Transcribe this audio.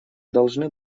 должны